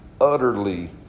utterly